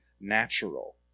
natural